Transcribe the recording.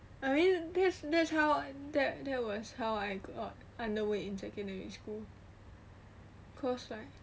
I mean that's that's how I that that was how I grow up underweight in secondary school